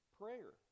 prayer